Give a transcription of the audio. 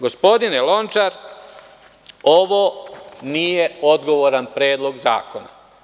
Gospodine Lončar, ovo nije odgovoran Predlog zakona.